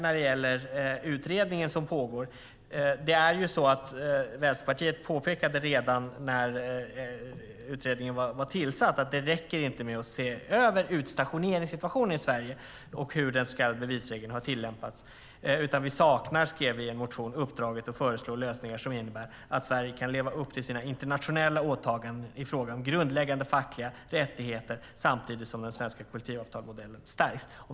När det gäller den utredning som pågår vill jag säga att Vänsterpartiet ju påpekade redan när utredningen var tillsatt att det inte räcker med att se över utstationeringssituationen i Sverige och hur bevisregeln har tillämpats. Vi saknar, skrev vi i en motion, uppdraget att föreslå lösningar som innebär att Sverige kan leva upp till sina internationella åtaganden i frågan om grundläggande fackliga rättigheter, samtidigt som den svenska kollektivmodellen stärks.